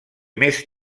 més